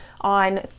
on